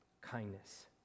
kindness